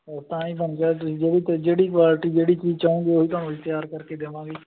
ਉਹ ਤਾਂ ਹੀ ਤੁਹਾਨੂੰ ਕਿਹਾ ਤੁਸੀਂ ਜਿਹੜੀ ਕੁਆਲਟੀ ਜਿਹੜੀ ਚੀਜ਼ ਚਾਹੋਗੇ ਉਹ ਹੀ ਤੁਹਾਨੂੰ ਅਸੀਂ ਤਿਆਰ ਕਰਕੇ ਦੇਵਾਂਗੇ ਜੀ